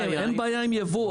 אין בעיה עם ייבוא,